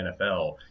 NFL